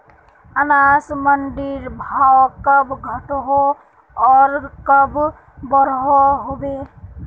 अनाज मंडीर भाव कब घटोहो आर कब बढ़ो होबे?